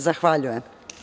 Zahvaljujem.